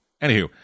Anywho